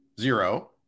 zero